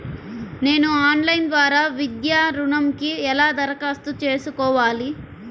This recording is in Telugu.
నేను ఆన్లైన్ ద్వారా విద్యా ఋణంకి ఎలా దరఖాస్తు చేసుకోవాలి?